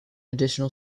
additional